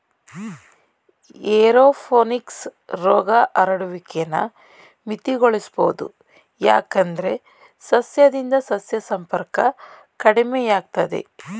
aeroponics ರೋಗ ಹರಡುವಿಕೆನ ಮಿತಿಗೊಳಿಸ್ಬೋದು ಯಾಕಂದ್ರೆ ಸಸ್ಯದಿಂದ ಸಸ್ಯ ಸಂಪರ್ಕ ಕಡಿಮೆಯಾಗ್ತದೆ